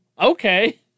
okay